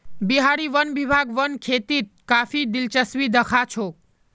बिहार वन विभाग वन खेतीत काफी दिलचस्पी दखा छोक